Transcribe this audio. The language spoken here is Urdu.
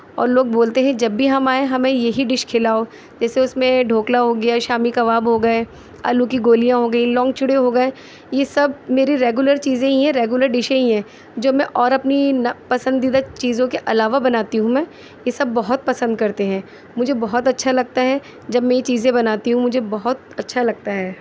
اور لوگ بولتے ہیں جب بھی ہم آئیں ہمیں یہی ڈش کھلاؤ جیسے اس میں ڈھوکلا ہو گیا شامی کباب ہو گئے آلو کی گولیاں ہو گئیں لونگ چڑے ہو گئے اس سب میری ریگولر چیزیں ہی ہیں ریگولر ڈشیں ہی ہیں جو میں اور اپنی نا پسندیدہ چیزوں کے علاوہ بناتی ہوں میں یہ سب بہت پسند کرتے ہیں مجھے بہت اچھا لگتا ہے جب میں یہ چیزیں بناتی ہوں مجھے بہت اچھا لگتا ہے